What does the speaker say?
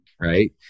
right